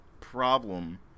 problem